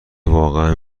واقعا